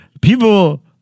People